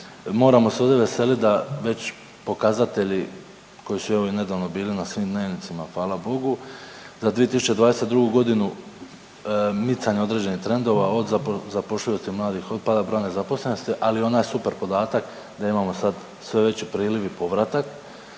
Moramo se ovdje veseliti da već pokazatelji koji su evo i nedavno bili na svim dnevnicima hvala bogu, za 2022. godinu micanje određenih trendova od zapošljivosti mladih, od pada broja nezaposlenosti, ali i onaj super podatak da imamo sad sve veći priliv i povratak